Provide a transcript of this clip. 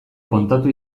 kontatu